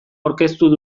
aurkeztuko